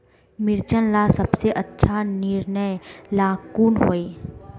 मिर्चन ला सबसे अच्छा निर्णय ला कुन होई?